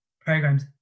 programs